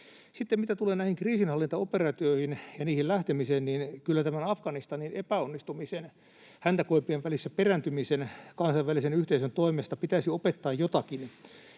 Sitten, mitä tulee näihin kriisinhallintaoperaatioihin ja niihin lähtemiseen, kyllä tämän Afganistanissa epäonnistumisen, häntä koipien välissä perääntymisen, kansainvälisen yhteisön toimesta pitäisi opettaa jotakin: